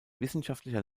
wissenschaftlicher